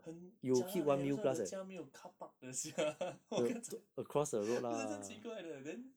很 jialat leh 为什么你的家没有 carpark 的 sia 我刚才 为什么这样奇怪的 then